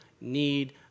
need